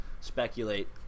speculate